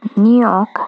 New York